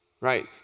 Right